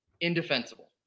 indefensible